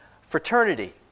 fraternity